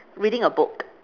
reading a book